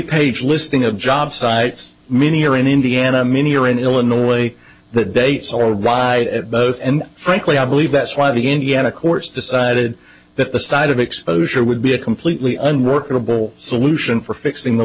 page listing of job sites meaning here in indiana many are in illinois that date so died at birth and frankly i believe that's why the indiana courts decided that the side of exposure would be a completely unworkable solution for fixing the